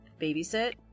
babysit